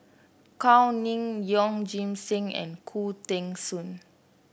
Gao Ning Yeoh Ghim Seng and Khoo Teng Soon